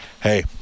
Hey